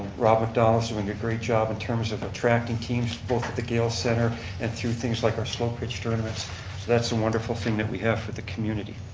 rob mcdowell's doing a great job in terms of attracting teams both at the gale center and through things like our slow pitch tournaments. so that's a wonderful thing that we have for the community.